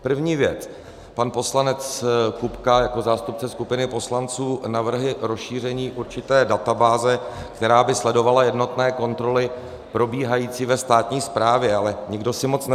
První věc, pan poslanec Kupka jako zástupce skupiny poslanců navrhuje rozšíření určité databáze, která by sledovala jednotné kontroly probíhající ve státní správě, ale nikdo si moc neuvědomil, o co jde.